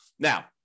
Now